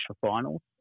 finals